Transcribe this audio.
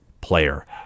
player